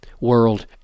world